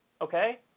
okay